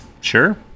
Sure